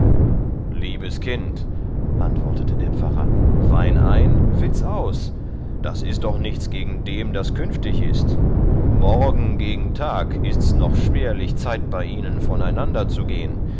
liebes kind antwortete der pfarrer wein ein witz aus das ist doch nichts gegen dem das künftig ist morgen gegen tag ists noch schwerlich zeit bei ihnen voneinander zu gehen